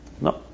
No